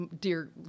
Dear